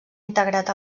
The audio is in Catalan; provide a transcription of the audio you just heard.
integrat